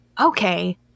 okay